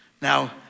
now